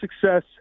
success